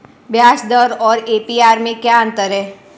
ब्याज दर और ए.पी.आर में क्या अंतर है?